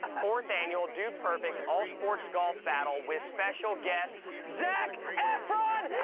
fourth annual dude perfect all sports golf battle with special guest zac efron!